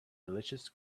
delicious